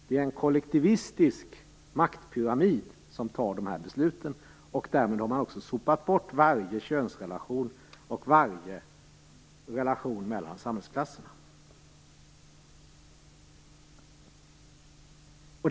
Det är en kollektivistisk maktpyramid som fattar besluten, och därmed har man sopat bort varje könsrelation och varje relation mellan samhällsklasserna.